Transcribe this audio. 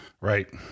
Right